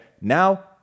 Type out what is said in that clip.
now